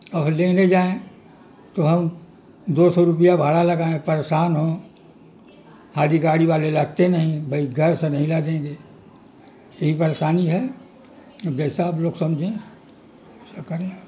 اور لینے جائیں تو ہم دو سو روپیہ بھاڑا لگائیں پریشان ہوں ہاری گاڑی والے لگتے نہیں بھائی گھر سے نہیں لا دیں گے یہی پریشانی ہے اب جیسا آپ لوگ سمجھیں کیا کریں